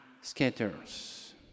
scatters